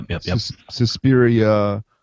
Suspiria